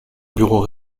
bureaux